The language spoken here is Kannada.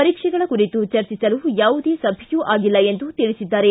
ಪರೀಕ್ಷೆಗಳ ಕುರಿತು ಚರ್ಚಿಸಲು ಯಾವುದೇ ಸಭೆಯೂ ಆಗಿಲ್ಲ ಎಂದು ತಿಳಿಸಿದ್ದಾರೆ